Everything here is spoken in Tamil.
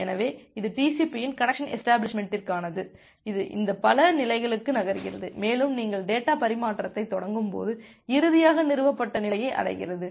எனவே இது TCP இன் கனெக்சன் எஷ்டபிளிஷ்மெண்ட்த்திற்கானது இது இந்த பல நிலைகளுக்கு நகர்கிறது மேலும் நீங்கள் டேட்டா பரிமாற்றத்தைத் தொடங்கும்போது இறுதியாக நிறுவப்பட்ட நிலையை அடைகிறது